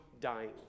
dying